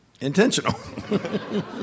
Intentional